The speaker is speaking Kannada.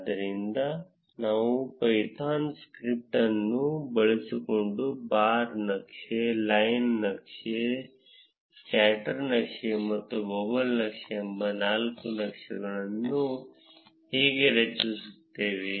ಆದ್ದರಿಂದ ನಾವು ಪೈಥಾನ್ ಸ್ಕ್ರಿಪ್ಟ್ ಅನ್ನು ಬಳಸಿಕೊಂಡು ಬಾರ್ ನಕ್ಷೆ ಲೈನ್ ನಕ್ಷೆ ಸ್ಕ್ಯಾಟರ್ ನಕ್ಷೆ ಮತ್ತು ಬಬಲ್ ನಕ್ಷೆ ಎಂಬ ನಾಲ್ಕು ನಕ್ಷೆಗಳನ್ನು ಹೇಗೆ ರಚಿಸುತ್ತೇವೆ